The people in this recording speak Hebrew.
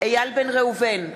אייל בן ראובן,